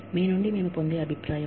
మీ నుండి మేము పొందే అభిప్రాయం